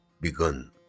begun